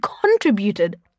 contributed